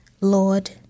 Lord